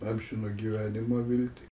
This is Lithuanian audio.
amžino gyvenimo viltį